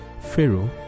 Pharaoh